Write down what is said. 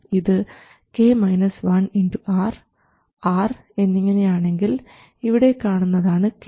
ഇത് R R എന്നിങ്ങനെ ആണെങ്കിൽ ഇവിടെ കാണുന്നതാണ് K